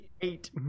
eight